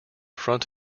front